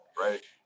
right